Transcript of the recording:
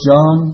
John